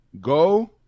go